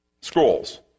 scrolls